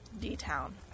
D-Town –